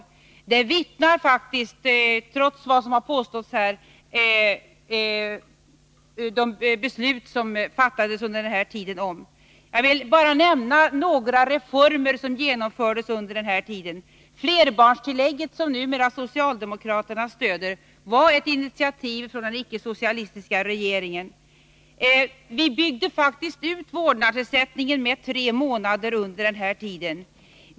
Om det vittnar faktiskt, trots vad som har påståtts här, de beslut som fattades under den här tiden. Jag vill bara nämna några reformer som genomfördes under den här tiden. Flerbarnstillägget, som socialdemokraterna numera stöder, var ett initiativ från den icke-socialistiska regeringen. Vi byggde faktiskt ut vårdnadsersättningen med tre månader under den här tiden.